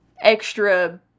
extra